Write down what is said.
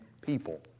people